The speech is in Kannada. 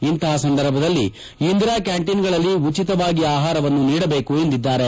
ಇಂತಹ ಸಂದರ್ಭದಲ್ಲಿ ಇಂದಿರಾ ಕ್ಯಾಂಟಿನ್ಗಳಲ್ಲಿ ಉಚಿತವಾಗಿ ಆಹಾರವನ್ನು ನೀಡಬೇಕು ಎಂದಿದ್ದಾರೆ